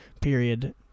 period